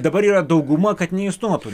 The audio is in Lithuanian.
dabar yra dauguma kad neišstotų